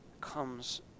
comes